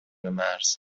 مرز